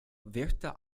wirkte